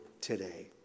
today